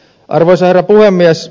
arvoisa herra puhemies